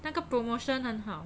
那个 promotion 很好